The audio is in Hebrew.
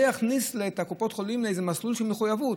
זה יכניס את קופות החולים לאיזה מסלול של מחויבות.